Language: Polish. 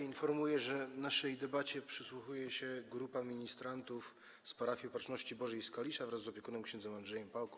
Informuję, że naszej debacie przysłuchuje się grupa ministrantów z parafii Opatrzności Bożej z Kalisza wraz z opiekunem ks. Andrzejem Pałką.